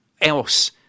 else